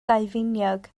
daufiniog